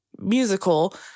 musical